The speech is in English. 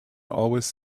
always